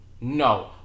No